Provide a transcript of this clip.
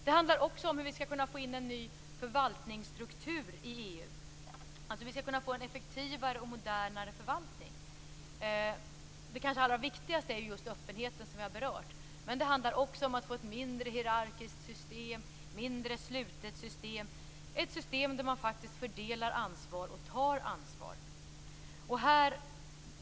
Det handlar också om hur vi skall kunna få in en ny förvaltningsstruktur i EU, dvs. få en effektivare och modernare förvaltning. Det kanske allra viktigaste är just öppenheten, som vi har berört. Men det handlar också om att få ett mindre hierarkiskt och mindre slutet system, ett system där man fördelar ansvar och tar ansvar.